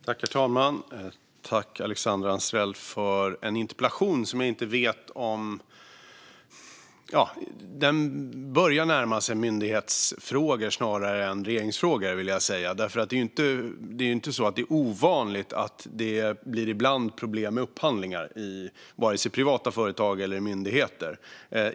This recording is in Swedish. Herr talman! Tack, Alexandra Anstrell, för interpellationen! Den börjar närma sig myndighetsfrågor snarare än regeringsfrågor, vill jag säga. Det är ju inte ovanligt att det blir problem med upphandlingar, varken i privata företag eller i myndigheter.